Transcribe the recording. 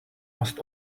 must